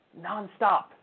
nonstop